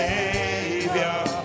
Savior